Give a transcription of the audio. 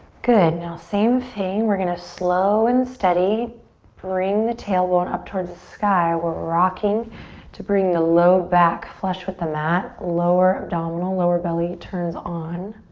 good, now same thing. we're gonna slow and steady bring the tailbone up towards the sky. we're rocking to bring the low back flush with the mat. lower abdominal, lower belly turns on.